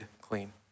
clean